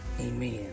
Amen